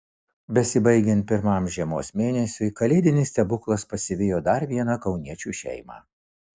besibaigiant pirmajam žiemos mėnesiui kalėdinis stebuklas pasivijo dar vieną kauniečių šeimą